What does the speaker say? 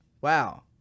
wow